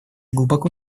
глубоко